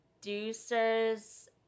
Producers